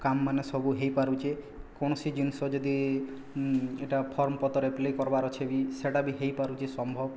କାମ୍ ମାନେ ସବୁ ହେଇପାରୁଛେ କୌଣସି ଜିନିଷ ଯଦି ଏଇଟା ଫର୍ମ୍ ପତର ଆପ୍ଲାଏ କର୍ବାର୍ ଅଛି ବି ସେଇଟା ବି ହେଇପାରୁଛି ସମ୍ଭବ